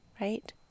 right